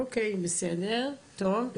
אוקיי, בסדר, טוב.